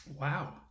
Wow